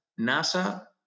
NASA